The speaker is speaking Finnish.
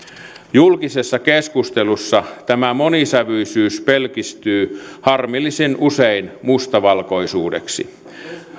julkisessa keskustelussa tämä monisävyisyys pelkistyy harmillisen usein mustavalkoisuudeksi